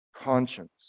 conscience